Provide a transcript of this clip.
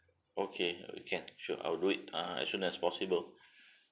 okay can sure I will do it uh as soon as possible